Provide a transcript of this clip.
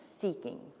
seeking